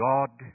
God